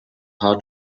hard